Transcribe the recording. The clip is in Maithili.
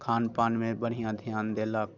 खान पानमे बढ़िआँ ध्यान देलक